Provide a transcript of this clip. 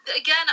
Again